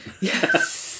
Yes